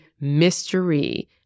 mystery